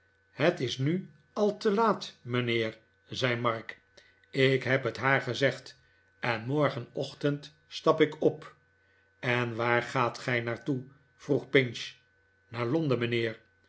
het is nu al te laat mijnheer zei mark ik heb het haar gezegd en morgenochtend stap ik op en waar gaat gij naar toe vroeg pinch naar londen mijnheer